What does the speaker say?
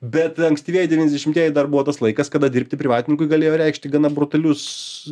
bet ankstyvieji devyniasdešimtieji dar buvo tas laikas kada dirbti privatininkui galėjo reikšti gana brutalius